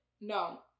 No